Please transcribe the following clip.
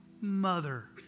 mother